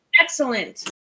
Excellent